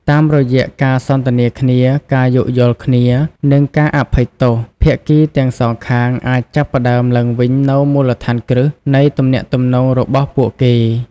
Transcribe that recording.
តាមរយៈការសន្ទនាគ្នា ការយោគយល់គ្នា និងការអភ័យទោស ភាគីទាំងសងខាងអាចចាប់ផ្ដើមឡើងវិញនូវមូលដ្ឋានគ្រឹះនៃទំនាក់ទំនងរបស់ពួកគេ។